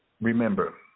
remember